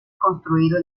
construido